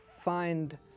find